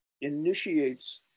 initiates